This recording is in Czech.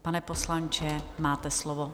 Pane poslanče, máte slovo.